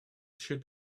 should